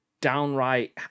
downright